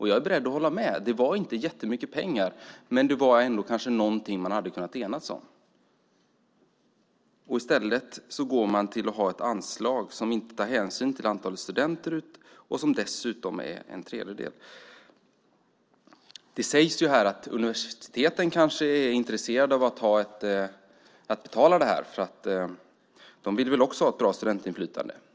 Jag är beredd att hålla med. Det var inte jättemycket pengar, men det var ändå något man kanske hade kunnat enas om. I stället har man ett anslag som inte tar hänsyn till antalet studenter och som dessutom är en tredjedel. Det sägs i propositionen att universiteten kanske är intresserade av att betala detta, för de vill väl också ha ett bra studentinflytande.